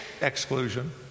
exclusion